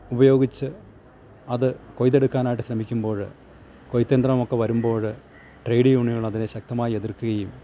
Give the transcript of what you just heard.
ഉപയോഗിച്ച് അത് കൊയ്തെടുക്കാനായിട്ട് ശ്രമിക്കുമ്പോഴ് കൊയ്ത്ത് യന്ത്രമൊക്കെ വരുമ്പോഴ് ട്രേഡ് യൂണിയനുകളതിനെ ശക്തമായി എതിർക്കുകയും